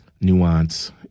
nuance